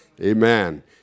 amen